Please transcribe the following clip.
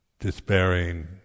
despairing